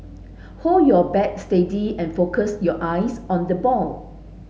hold your bat steady and focus your eyes on the ball